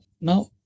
Now